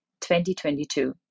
2022